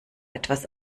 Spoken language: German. etwas